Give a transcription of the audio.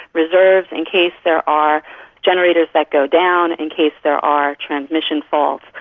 reserves in case there are generators that go down, in case there are transmission faults.